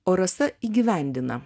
o rasa įgyvendina